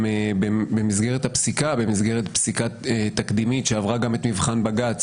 במסגרת פסיקה תקדימית שעברה גם את מבחן בג"ץ,